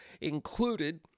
included